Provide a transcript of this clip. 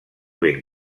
ben